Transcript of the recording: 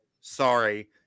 Sorry